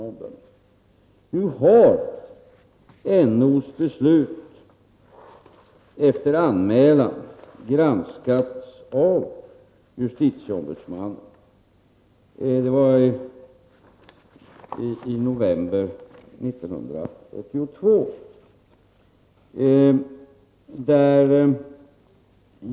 När det gäller ett ärende av exakt samma art har NO:s beslut, efter anmälan, granskats av JO. Det skedde i november 1982.